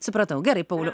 supratau gerai pauliau